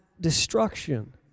destruction